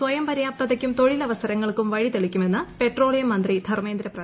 സ്വയംപര്യാപ്തതയ്ക്കും തൊഴിലവസരങ്ങൾക്കും വഴിതെളിക്കുമെന്ന് പെട്രോളിയം മന്ത്രി ധർമ്മേന്ദ്ര പ്രധാൻ